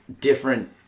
different